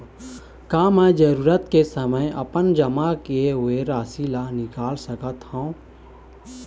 का मैं जरूरत के समय अपन जमा किए हुए राशि ला निकाल सकत हव?